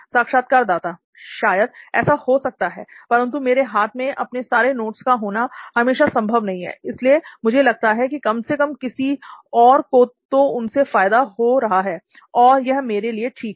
साक्षात्कारदाता शायद ऐसा हो सकता है परंतु मेरे हाथ में अपने सारे नोट्स का होना हमेशा संभव नहीं है इसलिए मुझे लगता है कि कम से कम किसी और को तो उनसे फायदा हो रहा है और यह मेरे लिए ठीक है